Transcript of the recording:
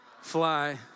fly